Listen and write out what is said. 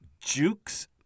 Jukes